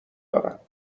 دارم